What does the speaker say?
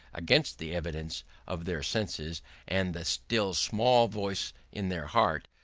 against the evidence of their senses and the still small voice in their hearts,